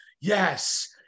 Yes